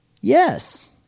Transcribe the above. Yes